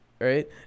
Right